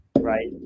right